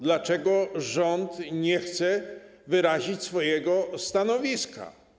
Dlaczego rząd nie chce wyrazić swojego stanowiska?